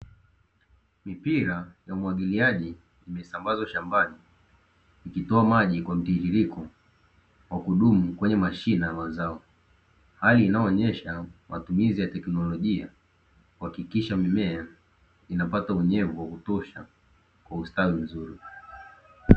Mipira ya umwagiliaji imesambazwa shambani iikitoa maji kwa mtiririko wa kudumu kwenye mashine na mazao, hali inayoonyesha matumizi ya teknolojia kuhakikisha mimea inapata unyevu wa kutosha kwa ustawi mzuri.